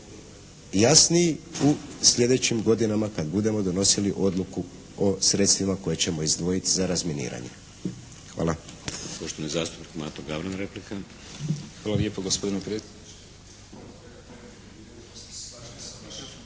jasniji u slijedećim godinama kada budemo donosili odluku o sredstvima koje ćemo izdvojiti za razminiranje. Hvala.